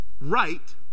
right